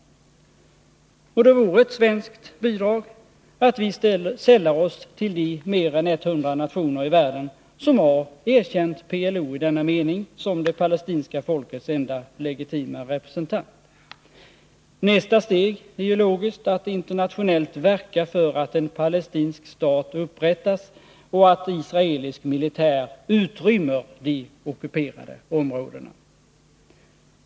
Och då vore ett svenskt bidrag att vi sällar oss till de mer än 100 nationer i världen som har erkänt PLO i denna mening, som det palestinska folkets enda legitima representant. Nästa steg är ju logiskt att internationellt verka för att en palestinsk stat upprättas och att israelisk militär utrymmer de ockuperade områdena.